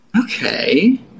Okay